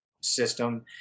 system